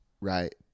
right